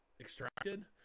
extracted